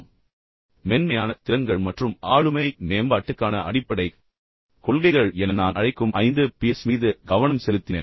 குறிப்பாக மென்மையான திறன்கள் மற்றும் ஆளுமை மேம்பாட்டிற்கான அடிப்படைக் கொள்கைகள் என நான் அழைக்கும் ஐந்து Ps மீது கவனம் செலுத்தினேன்